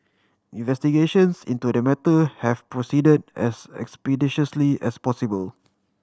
investigations into the matter have proceed as expeditiously as possible